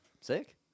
Sick